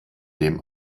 dem